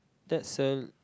that's a